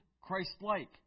Christ-like